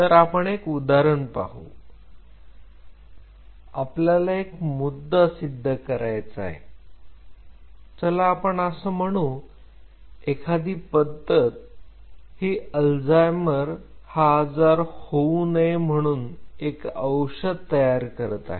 तर आपण एक उदाहरण पाहू आम्हाला एक मुद्दा सिद्ध करायचा आहे चला आपण असं म्हणू एखादी पद्धत ही अल्झायमर हा आजार होऊ नये म्हणून एक औषध तयार करत आहे